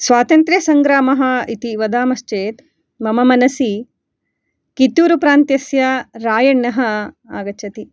स्वातन्त्र्यसङ्ग्रामः इति वदामश्चेत् मम मनसि कित्तूरुप्रान्त्यस्य रायण्णः आगच्छति